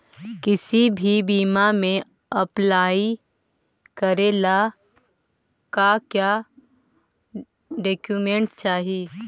किसी भी बीमा में अप्लाई करे ला का क्या डॉक्यूमेंट चाही?